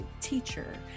teacher